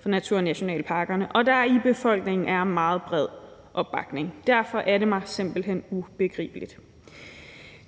for naturnationalparkerne, og at der i befolkningen er en meget bred opbakning. Derfor er det mig simpelt hen ubegribeligt.